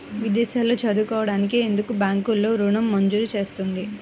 విదేశాల్లో చదువుకోవడానికి ఎందుకు బ్యాంక్లలో ఋణం మంజూరు చేస్తుంది?